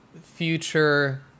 future